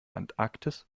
antarktis